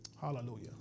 Hallelujah